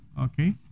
Okay